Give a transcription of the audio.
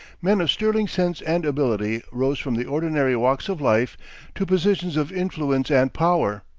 men of sterling sense and ability rose from the ordinary walks of life to positions of influence and power,